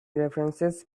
references